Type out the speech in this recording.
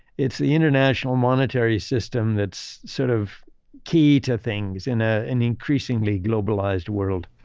it's the international monetary system that's sort of key to things in ah an increasingly globalized world.